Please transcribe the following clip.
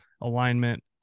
alignment